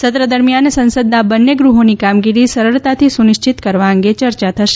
સત્ર દરમિયાન સંસદના બંને ગૃહોની કામગીરી સરળતાથી સુનિશ્ચિત કરવા અંગે ચર્ચા થશે